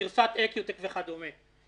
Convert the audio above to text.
גרסת "איקיוטק" וכדומה.